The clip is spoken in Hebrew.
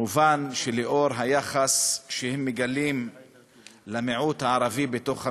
מובן שלנוכח היחס שהם מגלים כלפי המיעוט הערבי בתוך המדינה,